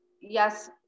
yes